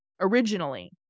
originally